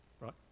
Right